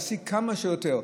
להשיג כמה שיותר.